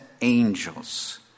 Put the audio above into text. angels